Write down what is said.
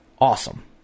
awesome